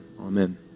amen